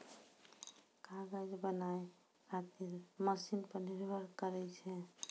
कागज बनाय खातीर मशिन पर निर्भर करै छै